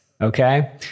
okay